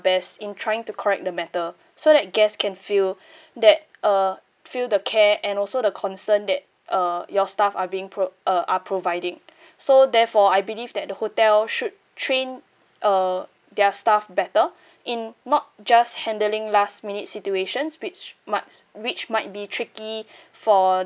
best in trying to correct the matter so that guests can feel that uh feel the care and also the concern that uh your staff are being prov~ uh are providing so therefore I believe that the hotel should train uh their staff better in not just handling last minute situation which might which might be tricky for